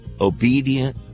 obedient